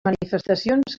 manifestacions